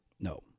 No